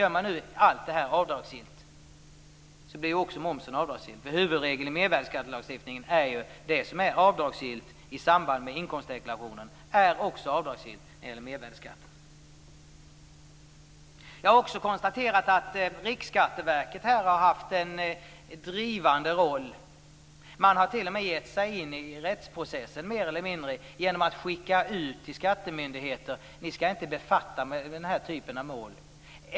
Gör man nu allt det här avdragsgillt, blir ju också momsen avdragsgill. Huvudregeln i medverkandelagstiftningen är ju att det som är avdragsgillt i inkomstdeklarationen också är avdragsgillt när det gäller mervärdesskatt. Jag har också konstaterat att Riksskatteverket här har haft en drivande roll. Man har t.o.m. mer eller mindre givit sig in i rättsprocessen genom att för skattemyndigheter uttala att de inte skall befatta sig med den här typen av mål.